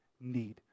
need